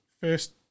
first